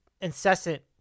incessant